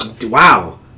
wow